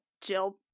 Jill